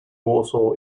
warsaw